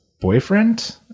boyfriend